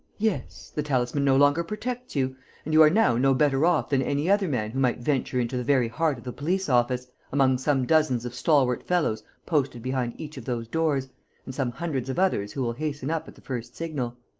yes! the talisman no longer protects you and you are now no better off than any other man who might venture into the very heart of the police-office, among some dozens of stalwart fellows posted behind each of those doors and some hundreds of others who will hasten up at the first signal.